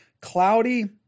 cloudy